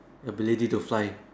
ability to fly